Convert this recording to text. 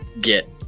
get